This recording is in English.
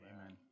amen